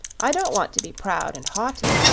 i don't want to be proud and haughty.